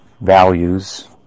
values